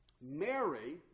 Mary